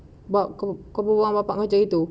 buat ku kau berbual-bual bapa macam itu